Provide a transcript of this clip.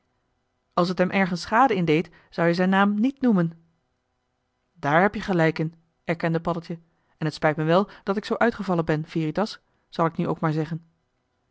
als t hem ergens schade in deed zou-je zijn naam niet noemen dààr heb-je gelijk in erkende paddeltje en t spijt me wel dat ik zoo uitgevallen ben veritas zal ik nu ook maar zeggen